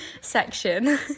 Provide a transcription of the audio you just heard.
section